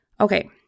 Okay